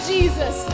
Jesus